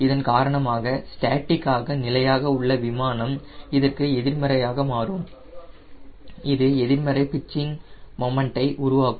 இதன் காரணமாக ஸ்டாட்டிக்காக நிலையாக உள்ள விமானம் இதற்கு எதிர்மறையாக மாறும் இது எதிர்மறை பிட்சிங் மொமன்டை உருவாக்கும்